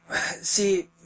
see